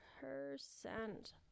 percent